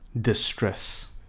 distress